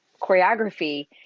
choreography